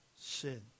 sin